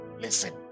Listen